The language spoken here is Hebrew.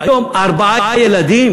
היום ארבעה ילדים